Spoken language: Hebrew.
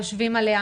יושבים עליה,